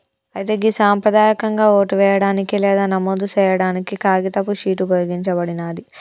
అయితే గి సంప్రదాయకంగా ఓటు వేయడానికి లేదా నమోదు సేయాడానికి కాగితపు షీట్ ఉపయోగించబడినాది